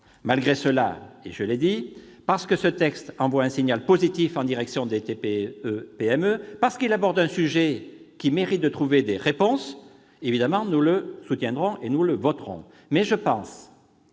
Malgré cela, parce que ce texte envoie un signal positif en direction des TPE et PME et qu'il aborde un sujet qui mérite de trouver des réponses, nous le soutiendrons et nous le voterons.